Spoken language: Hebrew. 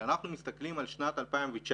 כשאנחנו מסתכלים על שנת 2019,